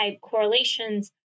correlations